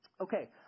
Okay